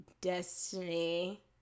Destiny